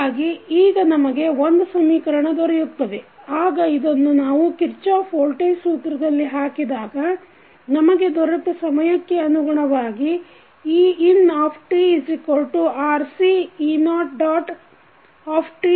ಹೀಗಾಗಿ ಈಗ ನಮಗೆ 1 ಸಮೀಕರಣ ದೊರೆಯುತ್ತದೆ ಆಗ ಇದನ್ನು ನಾವು ಕಿರ್ಚಾಫ್ ವೋಲ್ಟೇಜ್ ಸೂತ್ರದಲ್ಲಿ ಹಾಕಿದಾಗ ನಮಗೆ ದೊರೆತ ಸಮಯಕ್ಕೆ ಅನುಗುಣವಾಗಿ eintRCe0t0e0